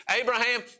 Abraham